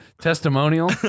testimonial